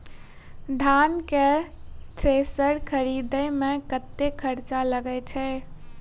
धान केँ थ्रेसर खरीदे मे कतेक खर्च लगय छैय?